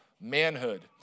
manhood